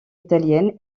italienne